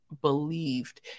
believed